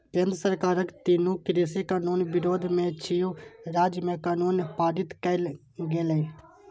केंद्र सरकारक तीनू कृषि कानून विरोध मे किछु राज्य मे कानून पारित कैल गेलै